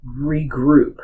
regroup